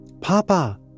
Papa